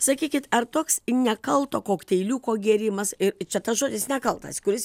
sakykit ar toks nekalto kokteiliuko gėrimas i čia tas žodis nekaltas kuris